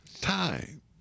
Time